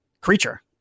creature